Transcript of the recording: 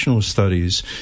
Studies